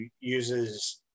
uses